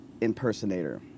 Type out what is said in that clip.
impersonator